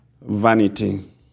vanity